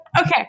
Okay